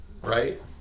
Right